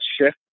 shift